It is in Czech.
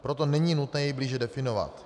Proto není nutné jej blíže definovat.